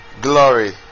Glory